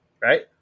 Right